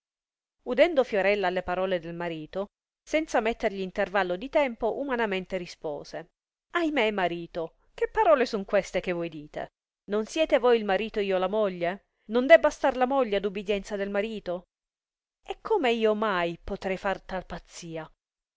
udendo fiorella le parole del marito senza mettergli intervallo di tempo umanamente rispose ahimè marito che parole son queste che voi dite non siete voi il marito e io la moglie non debbe star la moglie ad ubidienza del marito e come io mai potrei far tal pazzia